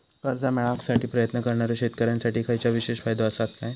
कर्जा मेळाकसाठी प्रयत्न करणारो शेतकऱ्यांसाठी खयच्या विशेष फायदो असात काय?